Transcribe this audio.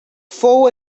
fou